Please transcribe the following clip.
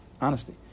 Honesty